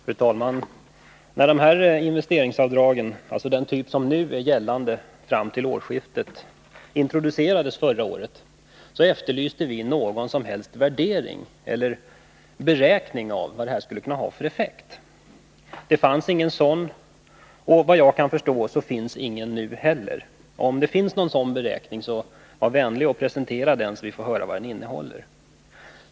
Fru talman! När den typ av investeringsavdrag, som nu gäller fram till årsskiftet, förra året introducerades efterlyste vi en värdering eller beräkning av vad de skulle kunna ha för effekt. Det fanns ingen sådan då, och vad jag kan förstå finns ingen nu heller. Om det finns någon sådan beräkning, så var vänlig och presentera den, så vi får höra vad den innehåller!